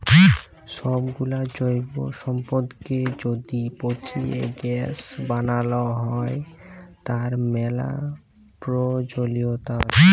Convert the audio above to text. সবগুলা জৈব সম্পদকে য্যদি পচিয়ে গ্যাস বানাল হ্য়, তার ম্যালা প্রয়জলিয়তা আসে